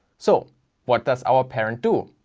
so what does our parent do?